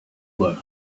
world